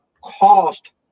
cost